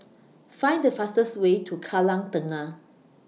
Find The fastest Way to Kallang Tengah